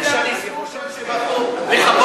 אני חושב שהיא בבקעה.